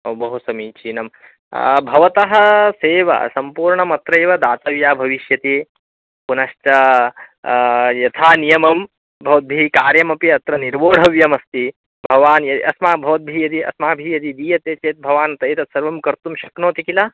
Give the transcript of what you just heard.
ओ बहु समीचीनं भवतः सेवा सम्पूर्णमत्रेव दातव्या भविष्यति पुनश्च यथा नियमं भवद्भिः कार्यमपि अत्र निर्वोढव्यमस्ति भवान् यत् अस्मा भवद्भिः यदि अस्माभिः यदि दीयते चेत् भवान् तत् सर्वं कर्तुं शक्नोति खिल